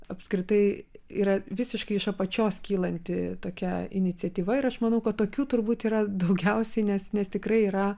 apskritai yra visiškai iš apačios kylanti tokia iniciatyva ir aš manau kad tokių turbūt yra daugiausiai nes nes tikrai yra